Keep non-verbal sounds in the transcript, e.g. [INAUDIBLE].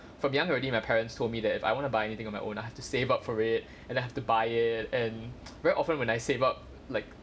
from young already my parents told me that if I wanna buy anything on my own I have to save up for it and then have to buy it and [NOISE] very often when I save up like